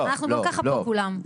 אנחנו גם ככה פה כולם.